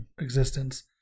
existence